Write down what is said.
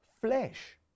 flesh